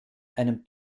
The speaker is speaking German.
einem